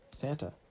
fanta